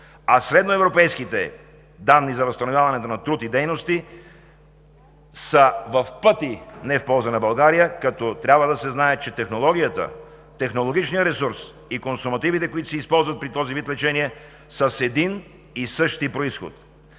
а средноевропейските данни за възстановяването на труд и дейности в пъти не са в полза на България, като трябва да се знае, че технологията, технологичният ресурс и консумативите, които се използват при този вид лечение, са с един и същ произход.